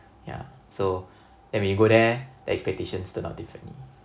yeah so then we go there the expectations turn out differently